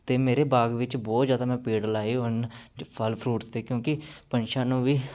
ਅਤੇ ਮੇਰੇ ਬਾਗ ਵਿੱਚ ਬਹੁਤ ਜ਼ਿਆਦਾ ਮੈਂ ਪੇੜ ਲਗਾਏ ਹਨ ਅਤੇ ਫਲ ਫਰੂਟਸ ਅਤੇ ਕਿਉਂਕਿ ਪੰਛੀਆਂ ਨੂੰ ਵੀ